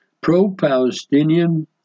pro-Palestinian